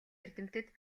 эрдэмтэд